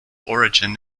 origin